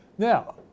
Now